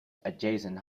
adjacent